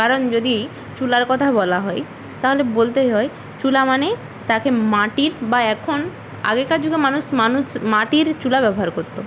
কারণ যদি চুলার কথা বলা হয় তাহলে বলতেই হয় চুলা মানেই তাকে মাটির বা এখন আগেকার যুগে মানুষ মানুষ মাটির চুলা ব্যবহার করতো